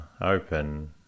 open